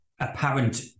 apparent